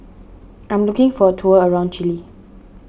I am looking for tour around Chile